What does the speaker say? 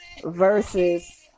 versus